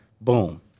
Boom